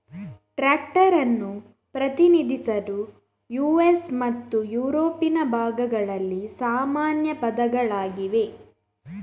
tractor ಅನ್ನು ಪ್ರತಿನಿಧಿಸಲು US ಮತ್ತು ಯುರೋಪಿನ ಭಾಗಗಳಲ್ಲಿ ಸಾಮಾನ್ಯ ಪದಗಳಾಗಿವೆ